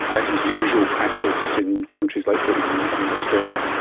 as is usual practice in countries like britain and australia.